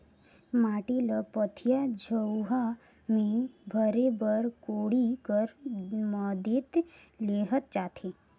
माटी ल पथिया, झउहा मे भरे बर कोड़ी कर मदेत लेहल जाथे